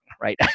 right